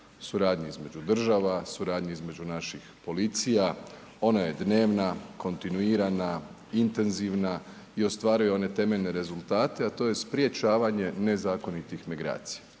suradnji između država, suradnji između naših policija, ona je dnevna, kontinuirana, intenzivna i ostvaruje one temeljne rezultate, a to je sprječavanje nezakonitih migracija,